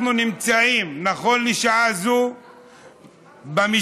אנחנו נמצאים נכון לשעה זו במשכן,